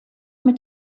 mit